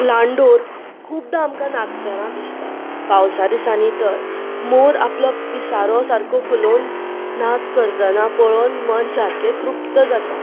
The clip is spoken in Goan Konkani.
लांडोर खुबदां आमकां नाचतना दिसतात पावसा दिसांनी तर मोर आपलो पिसारो सारको फुलोवन नाच करतना पळोवन मन सारकें तृप्त जाता